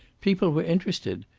people were interested.